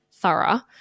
thorough